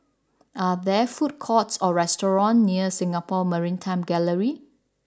are there food courts or restaurants near Singapore Maritime Gallery